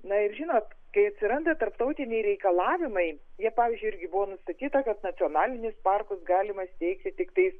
na ir žinot kai atsiranda tarptautiniai reikalavimai jie pavyzdžiui irgi buvo nustatyta kad nacionalinius parkus galima steigti tiktai